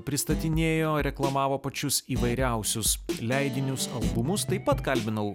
pristatinėjo reklamavo pačius įvairiausius leidinius albumus taip pat kalbinau